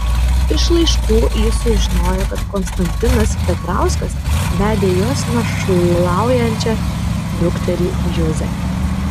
iš laiškų ji sužinojo kad konstantinas petrauskas vedė jos našlaujančią dukterį juzę